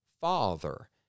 Father